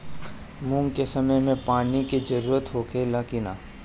मूंग के समय मे पानी के जरूरत होखे ला कि ना?